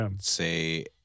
say